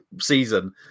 season